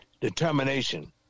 determination